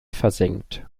versenkt